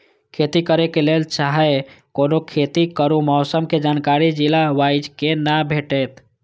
खेती करे के लेल चाहै कोनो खेती करू मौसम के जानकारी जिला वाईज के ना भेटेत?